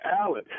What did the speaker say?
Alan